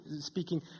speaking